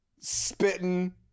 spitting